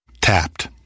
Tapped